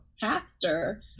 pastor